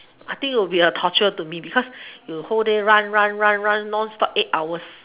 I think it would be a torture to me because you whole day run run run run non stop eight hours